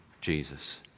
Jesus